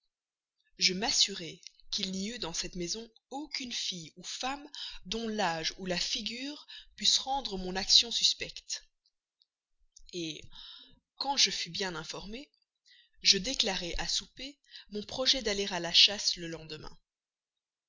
je m'assurai qu'il n'y eût dans cette maison aucune femme ou fille dont l'âge la figure pussent rendre mon action suspecte quand je fus bien informé je déclarai à souper mon projet d'aller à la chasse le lendemain